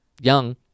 young